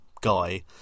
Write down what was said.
guy